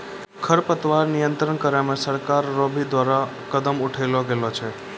खरपतवार नियंत्रण करे मे सरकार रो भी द्वारा कदम उठैलो गेलो छै